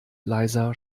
leiser